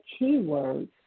keywords